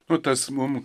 nu tas mum